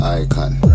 icon